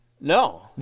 No